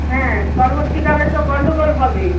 হ্যাঁ পরবর্তীকালে তো গণ্ডগোল হবে